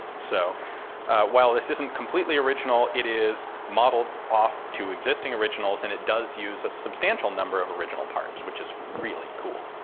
so while this isn't completely original, it is modelled off two existing originals, and it does use a substantial number of original parts, which is really cool.